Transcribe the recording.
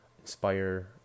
inspire